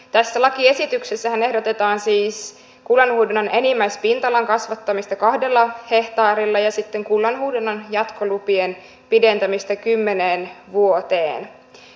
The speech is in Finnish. tässä lakiesityksessähän ehdotetaan siis kullanhuuhdonnan enimmäispinta alan kasvattamista kahdella hehtaarilla ja sitten kullanhuuhdonnan jatkolupien pidentämistä kymmeneen vuoteen